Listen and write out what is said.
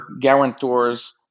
guarantors